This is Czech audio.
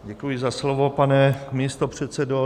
Děkuji za slovo, pane místopředsedo.